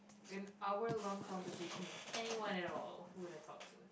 and our long conversation with anyone at all who I've talked to